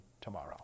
tomorrow